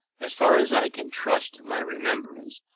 as far as i can trust my remembrance,